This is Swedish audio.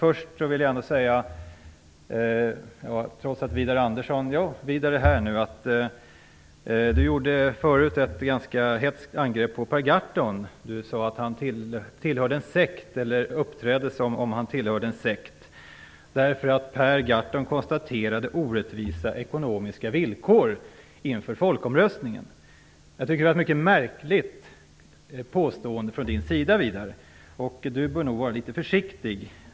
Först vill jag gärna nämna att Widar Andersson förut gjorde ett ganska hätskt angrepp på Per Gahrton och sade att han uppträdde som om han tillhörde en sekt därför att Per Gahrton påpekade orättvisa ekonomiska villkor inför folkomröstningen. Jag tycker att det var ett mycket märkligt påstående från Widar Andersson, som nog bör vara litet försiktig.